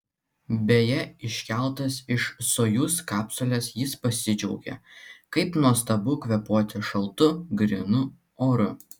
beje iškeltas iš sojuz kapsulės jis pasidžiaugė kaip nuostabu kvėpuoti šaltu grynu oru